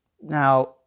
Now